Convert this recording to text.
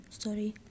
sorry